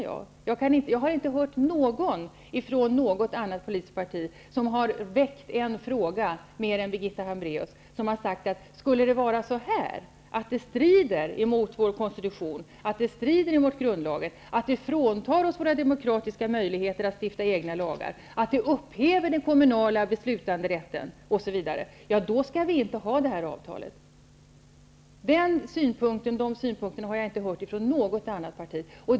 Jag har inte hört någon från något annat politiskt parti väcka en fråga, mer än Birgitta Hambraeus, och säga att om det skulle bli så att avtalet strider mot vår konstitution, grundlagarna, och fråntar oss våra demokratiska möjligheter att stifta egna lagar, att det upphäver den kommunala beslutanderätten, skall avtalet inte godkännas. De synpunkterna har jag inte hört från något annat parti.